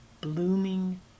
Blooming